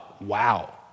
Wow